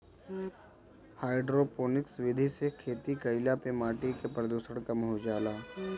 hydroponics विधि से खेती कईला पे माटी के प्रदूषण कम हो जाला